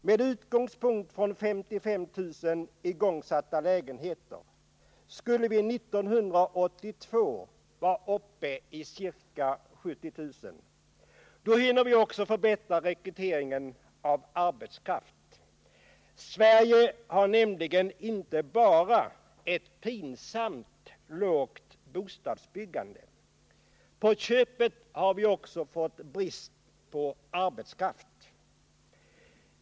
Med utgångspunkt i 55 000 igångsatta lägenheter skulle vi 1982 vara uppe i ca 70000. Då hinner vi också förbättra rekryteringen av arbetskraft. Sverige har nämligen inte bara ett pinsamt lågt bostadsbyggande. På köpet har vi också fått brist på arbetskraft.